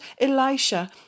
Elisha